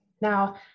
Now